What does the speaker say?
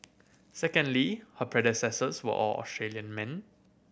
secondly her predecessors were all Australian men